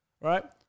right